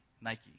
Nike